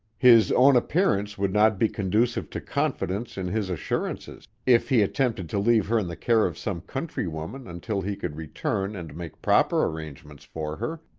his own appearance would not be conducive to confidence in his assurances if he attempted to leave her in the care of some country woman until he could return and make proper arrangements for her,